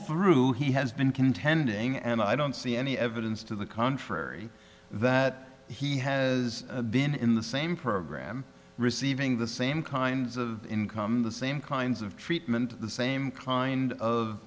through he has been contending and i don't see any evidence to the contrary that he has been in the same program receiving the same kinds of income the same kinds of treatment the same kind of